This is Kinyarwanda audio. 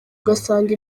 ugasanga